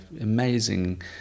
amazing